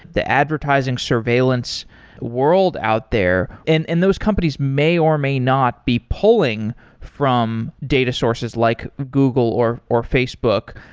the advertising surveillance world out there, and and those companies may or may not be pulling from data sources, like google or or facebook.